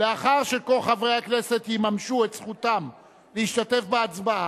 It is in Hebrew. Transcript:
לאחר שכל חברי הכנסת יממשו את זכותם להשתתף בהצבעה,